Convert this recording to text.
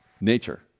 nature